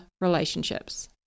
relationships